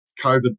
COVID